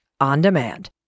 on-demand